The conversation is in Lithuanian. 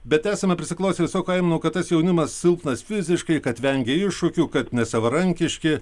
bet esame prisiklausę visokių aimanų kad tas jaunimas silpnas fiziškai kad vengia iššūkių kad nesavarankiški